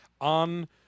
on